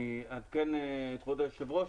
אני אעדכן את כבוד היו"ר.